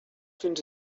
fins